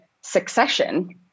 Succession